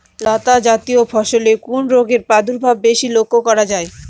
লতাজাতীয় ফসলে কোন রোগের প্রাদুর্ভাব বেশি লক্ষ্য করা যায়?